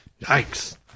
Yikes